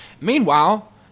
Meanwhile